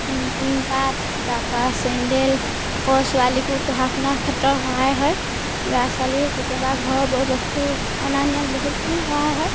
টিংপাত তাৰপৰা চেণ্ডেল আকৌ ছোৱালীকো পঢ়া শুনাৰ ক্ষেত্ৰত সহায় হয় ল'ৰা ছোৱালীও কেতিয়াবা ঘৰৰ বয় বস্তু অনা নিয়াত বহুতখিনি সহায় হয়